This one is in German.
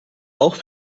auch